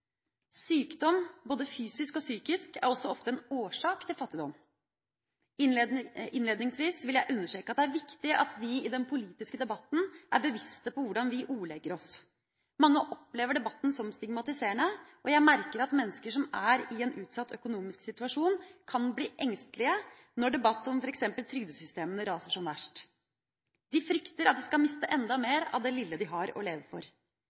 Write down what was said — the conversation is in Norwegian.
Sykdom, både fysisk og psykisk, er også ofte en årsak til fattigdom. Innledningsvis vil jeg understreke at det er viktig at vi i den politiske debatten er bevisst på hvordan vi ordlegger oss. Mange opplever debatten som stigmatiserende, og jeg merker at mennesker som er i en utsatt økonomisk situasjon, kan bli engstelige når debatten om f.eks. trygdesystemene raser som verst. De frykter at de skal miste enda mer av det lille de har å leve for.